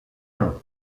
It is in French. nom